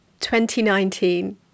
2019